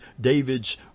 David's